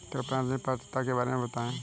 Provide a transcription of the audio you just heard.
कृपया ऋण पात्रता के बारे में बताएँ?